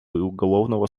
уголовного